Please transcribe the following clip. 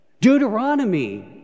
Deuteronomy